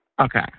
Okay